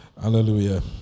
Hallelujah